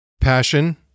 passion